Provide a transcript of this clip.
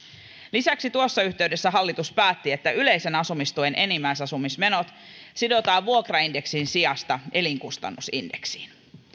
lisäksi tuossa yhteydessä hallitus päätti että yleisen asumistuen enimmäisasumismenot sidotaan vuokraindeksin sijasta elinkustannusindeksiin